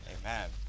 Amen